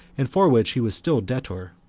and for which he was still debtor.